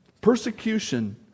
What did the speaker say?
persecution